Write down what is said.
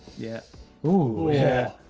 yeah ooh yeah.